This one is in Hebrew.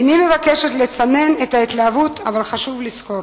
איני מבקשת לצנן את ההתלהבות, אבל חשוב לזכור